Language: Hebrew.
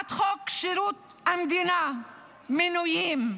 הצעת חוק שירות המדינה (מינויים)